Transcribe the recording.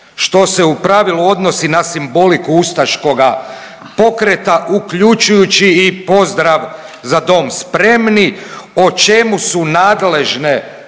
što se u pravilu odnosi na simboliku ustaškoga pokreta uključujući i pozdrav „Za dom spremni“ o čemu su nadležne